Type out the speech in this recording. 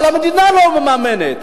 אבל המדינה לא מממנת.